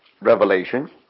Revelation